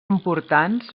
importants